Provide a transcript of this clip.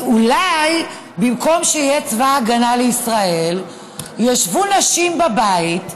אז אולי במקום שיהיה צבא ההגנה לישראל ישבו נשים בבית,